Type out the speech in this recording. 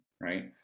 right